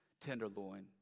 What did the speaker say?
tenderloin